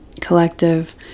Collective